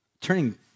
turning